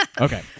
Okay